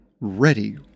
ready